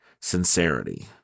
sincerity